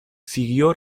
siguió